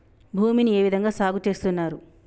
భూమిని ఏ విధంగా సాగు చేస్తున్నారు?